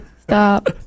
Stop